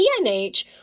PNH